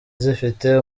zifite